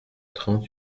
trente